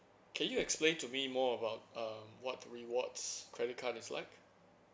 can you explain to me more about um what rewards credit card is like